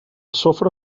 sofre